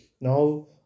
Now